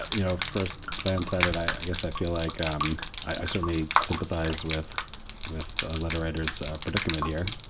you know, first glance side it i guess i feel like. um i certainly sympathize with with letter writers predicament here.